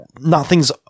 nothing's